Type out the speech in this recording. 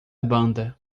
banda